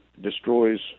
destroys